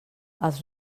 els